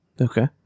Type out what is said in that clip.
Okay